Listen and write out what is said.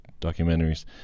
documentaries